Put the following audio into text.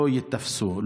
לא ייתפסו,